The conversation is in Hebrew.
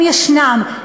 הם ישנם,